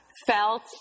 felt